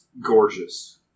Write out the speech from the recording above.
gorgeous